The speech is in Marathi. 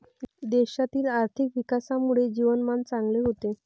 देशातील आर्थिक विकासामुळे जीवनमान चांगले होते